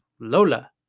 lola